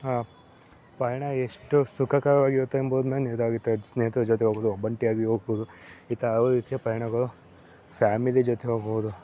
ಆ ಪಯಣ ಎಷ್ಟು ಸುಖಕರವಾಗಿರಿರುತ್ತೆ ಎಂಬುದು ಮೇಲೆ ಅದು ಸ್ನೇಹಿತ್ರ ಜೊತೆ ಹೋಗೋದು ಒಬ್ಬಂಟಿಯಾಗಿ ಹೋಗ್ಬೋದು ಇತ ಹಲವು ರೀತಿಯ ಪಯಣಗಳು ಫ್ಯಾಮಿಲಿ ಜೊತೆ ಹೋಗ್ಬೋದು